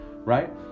Right